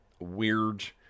weird